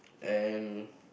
and